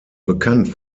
bekannt